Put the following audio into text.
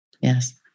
Yes